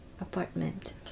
apartment